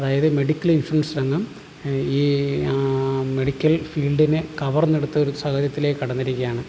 അതായത് medical insurance രംഗം ഈ ആം മെഡിക്കൽ ഫീൽഡിനെ കവർന്നെടുത്ത ഒരു സാഹചര്യത്തിലേക്ക് കടന്നിരിക്കുകയാണ്